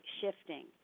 shifting